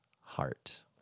heart